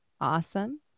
awesome